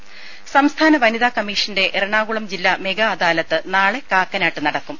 രും സംസ്ഥാന വനിതാ കമ്മീഷന്റെ എറണാകുളം ജില്ല മെഗാ അദാലത്ത് നാളെ കാക്കനാട് നടക്കും